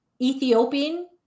Ethiopian